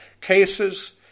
cases